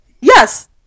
Yes